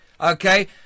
Okay